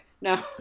No